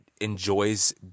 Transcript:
enjoys